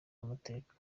w’amateka